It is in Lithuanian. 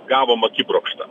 gavom akibrokštą